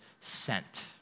sent